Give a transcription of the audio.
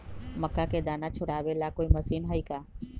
मक्का के दाना छुराबे ला कोई मशीन हई का?